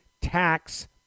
tax